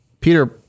peter